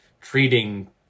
treating